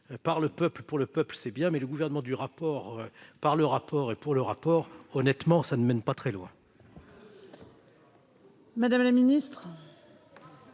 par le peuple, pour le peuple, c'est bien, mais le gouvernement du rapport, par le rapport, pour le rapport, honnêtement, cela ne mène pas très loin